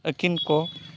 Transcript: ᱟᱹᱠᱤᱱ ᱠᱚ